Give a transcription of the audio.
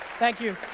thank you.